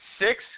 Six